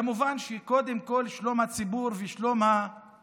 כמובן שקודם כול שלום הציבור הוא החשוב,